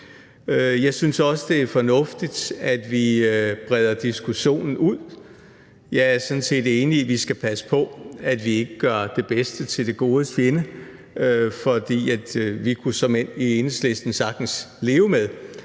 Jeg synes også, det er fornuftigt, at vi breder diskussionen ud. Jeg er sådan set enig i, vi skal passe på, at vi ikke gør det bedste til det godes fjende, for i Enhedslisten kunne vi såmænd sagtens leve med,